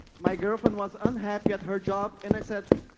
my girlfriend was unhappy at her job and i said,